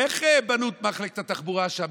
איך בנו את מחלקת התחבורה שם?